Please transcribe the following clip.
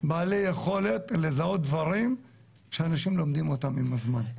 בעלי יכולת לזהות דברים שאנשים לומדים אותם עם הזמן.